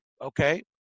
Okay